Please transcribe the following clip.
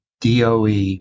DOE